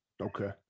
okay